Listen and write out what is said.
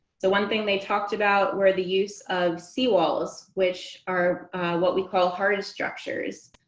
so one thing they talked about were the use of sea walls, which are what we call hard structures.